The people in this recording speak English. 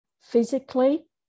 physically